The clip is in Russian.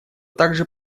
также